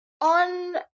On